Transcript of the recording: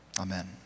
Amen